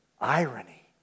irony